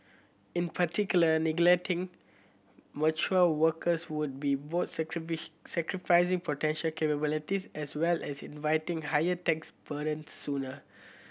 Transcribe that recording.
in particular neglecting mature workers would be both sacrificing potential capability as well as inviting higher tax burdens sooner